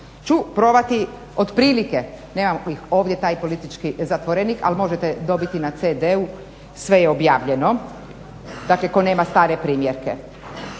ću probati otprilike, nemam ovdje taj politički zatvorenik ali možete dobiti na cd-u, sve je objavljeno, dakle tko nema stare primjerke.